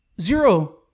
Zero